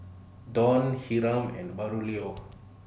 Dawn Hiram and Braulio